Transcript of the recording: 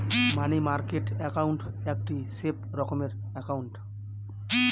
মানি market account একটি safe রকমের account